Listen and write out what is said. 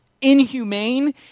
inhumane